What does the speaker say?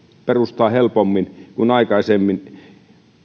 perustaa helpommin kuin aikaisemmin